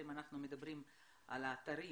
אם אנחנו מדברים על האתרים.